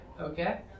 Okay